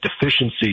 deficiency